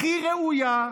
הכי ראויה,